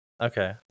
Okay